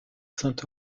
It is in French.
saint